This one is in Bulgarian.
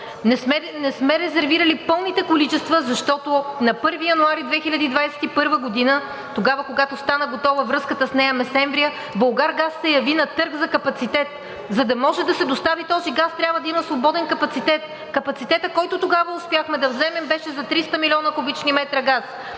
Не сме резервирали пълните количества, защото на 1 януари 2021 г., тогава, когато стана готова връзката с Неа Месемврия, „Булгаргаз“ се яви на търг за капацитет. За да може да се достави този газ, трябва да има свободен капацитет. Капацитетът, който тогава успяхме да вземем, беше за 300 милиона кубични метра газ.